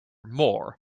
more